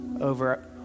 over